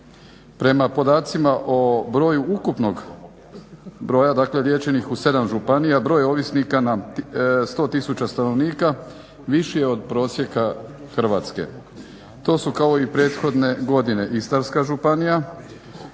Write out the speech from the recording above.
Prema podacima o broju ukupnog broja liječenih u 7 županija broj ovisnika na 100 000 stanovnika viši je od prosjeka Hrvatske. To su kao i prethodne godine Istarska županija,